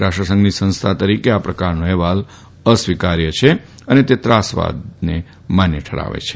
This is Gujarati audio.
રાષ્ટ્રસંઘની સંસ્થા તરીકે આ પ્રકારનો અહેવાલ અસ્વીકાર્ય છે અને તે ત્રાસવાદને માન્ય ઠરાવે છે